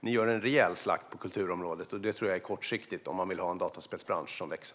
Ni gör en rejäl slakt på kulturområdet, och det tror jag är kortsiktigt om Sverige vill ha en dataspelsbransch som växer.